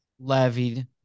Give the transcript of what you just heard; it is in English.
levied